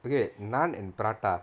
okay naan and prata